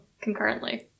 concurrently